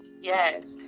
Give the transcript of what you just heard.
Yes